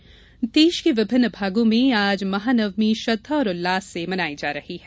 नवरात्रि देश के विभिन्न भागों में आज महानवमी श्रद्धा और उल्लास से मनाई जा रही है